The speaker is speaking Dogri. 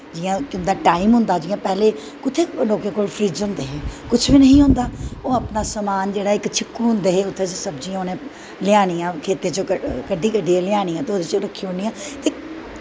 जियां तुंदा टाईम होंदा जियां पैह्लें कुत्थें लोकें कोल फ्रिज्ज होंदे हे कुश बी नी होंदा हा ओह् अपनां समान इक शिक्कू होंदे हे ओह्दे बिच्च सब्जियां लेानियैां खेत्तैं चा कड्डी कड्डियै लेआनियां ते ओह्दै च रक्खी ओड़नियां